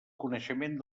coneixement